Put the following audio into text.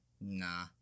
Nah